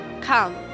Come